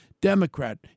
Democrat